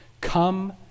Come